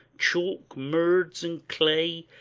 chalk, merds, and clay,